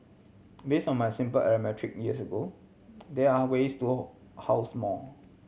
base on my simple arithmetic years ago there are ways to all house more